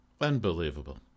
Unbelievable